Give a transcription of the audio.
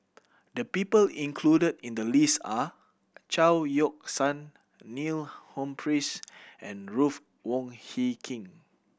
the people included in the list are Chao Yoke San Neil Humphreys and Ruth Wong Hie King